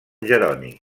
jeroni